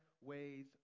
ways